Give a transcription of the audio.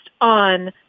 on